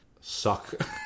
suck